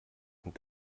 und